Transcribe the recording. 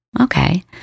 okay